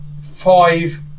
five